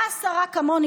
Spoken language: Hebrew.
באה שרה כמוני,